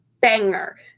banger